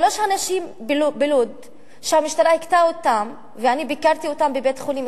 שלושה אנשים בלוד שהמשטרה הכתה אותם ואני ביקרתי אותם בבית-חולים,